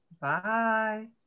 Bye